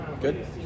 good